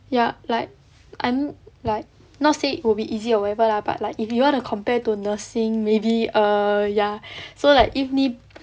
ya like I'm like not say it will be easier or whatever lah but like if you want to compare to nursing maybe err ya so like if 你